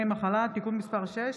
המשקפיים שלי, סליחה.